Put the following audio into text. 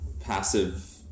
passive